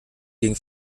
gegen